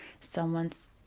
someone's